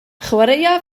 chwaraea